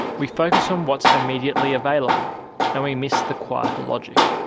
we focus on what's immediately available and we miss the quieter logic.